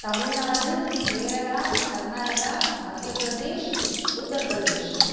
Tamil Nadu Kerala Karnataka Madhya Pradesh Uttar Pradesh